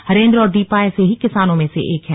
हरेंद्र और दीपा ऐसे ही किसानों में से हैं